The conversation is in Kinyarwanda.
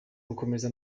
gukomeza